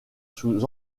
sous